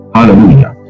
Hallelujah